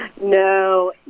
No